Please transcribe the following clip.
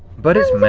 but it's but